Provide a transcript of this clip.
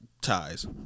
ties